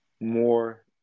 more